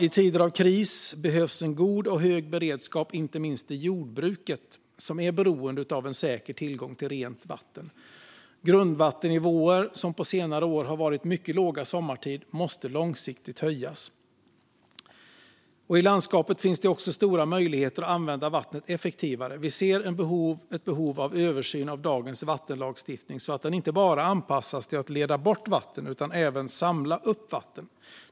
I tider av kris behövs en god och hög beredskap, inte minst i jordbruket, som är beroende av säker tillgång till rent vatten. Grundvattennivåerna, som på senare år har varit mycket låga sommartid, måste långsiktigt höjas. I landskapet finns det också stora möjligheter att använda vattnet effektivare. Vi ser ett behov av översyn av dagens vattenlagstiftning så att den inte bara anpassas till att leda bort vatten utan även till att samla upp vatten.